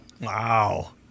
Wow